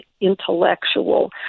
intellectual